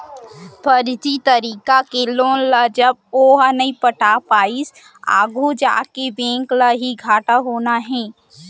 फरजी तरीका के लोन ल जब ओहा नइ पटा पाइस आघू जाके बेंक ल ही घाटा होना हे